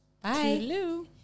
Bye